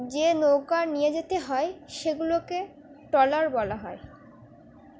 যে নৌকা নিয়ে যেতে হয় সেগুলোকে ট্রলার বলা হয়